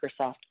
Microsoft